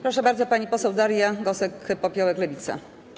Proszę bardzo, pani poseł Daria Gosek-Popiołek, Lewica.